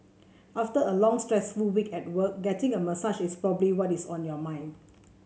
after a long stressful week at work getting a massage is probably what is on your mind